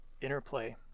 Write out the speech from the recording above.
interplay